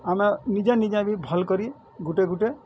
ଆମେ ନିଜେ ନିଜେ ବି ଭଲ୍କରି ଗୁଟେ ଗୁଟେ